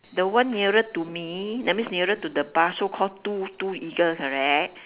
the one nearer to me that means nearer to the bar so called two two eagles correct